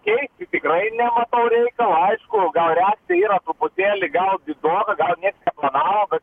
keisti tikrai nematau reikalo aišku gal reakcija yra truputėlį gal didoka gal nieks neplanavo bet